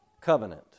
covenant